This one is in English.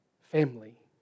family